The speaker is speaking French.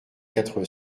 quatre